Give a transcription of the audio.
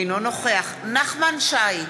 אינו נוכח נחמן שי,